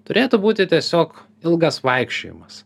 turėtų būti tiesiog ilgas vaikščiojimas